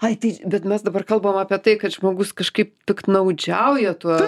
ai tai bet mes dabar kalbam apie tai kad žmogus kažkaip piktnaudžiauja tuo